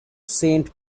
saint